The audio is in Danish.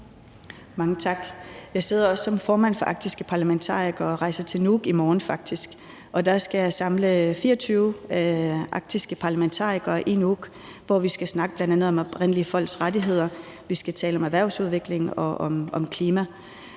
Mange tak. Jeg sidder også som formand for Arktiske Parlamentarikere og rejser faktisk til Nuuk i morgen. Der skal jeg samle 24 arktiske parlamentarikere i Nuuk, hvor vi bl.a. skal snakke om oprindelige folks rettigheder. Vi skal tale om erhvervsudvikling og om klima.